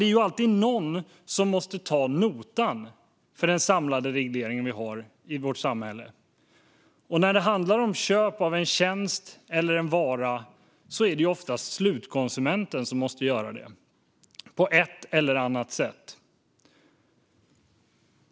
Det är alltid någon som måste ta notan för den samlade regleringen i vårt samhälle, och när det handlar om köp av en tjänst eller en vara är det oftast slutkonsumenten som på ett eller annat sätt får göra det.